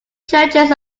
churches